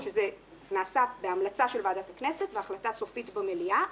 שזה נעשה בהמלצה של ועדת הכנסת והחלטה סופית במליאה,